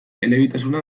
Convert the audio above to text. elebitasuna